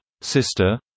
sister